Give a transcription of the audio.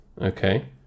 Okay